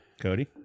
Cody